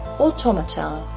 Automata